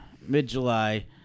Mid-July